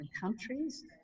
countries